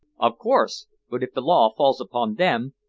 of course. but if the law falls upon them,